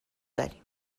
داریم